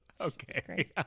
Okay